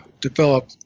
develop